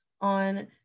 on